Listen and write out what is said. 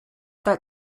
that